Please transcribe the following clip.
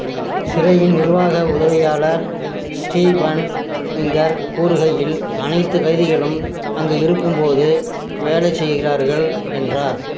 சிறையின் நிர்வாக உதவியாளர் Stephen Finger கூறுகையில் அனைத்து கைதிகளும் அங்கு இருக்கும்போது வேலை செய்கிறார்கள் என்றார்